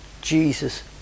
Jesus